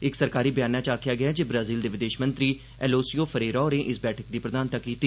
इक सरकारी ब्यान च आक्खेआ गेआ ऐ जे ब्राजील दे विदेश मंत्री एलओसीओ फरेरा होरें इस बैठक दी प्रधानता कीती